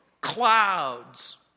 clouds